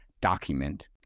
document